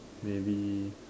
maybe